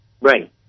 Right